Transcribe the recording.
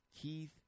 Keith